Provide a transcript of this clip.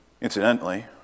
incidentally